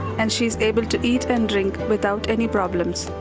and she is able to eat and drink without any problems.